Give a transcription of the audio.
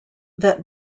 that